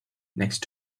next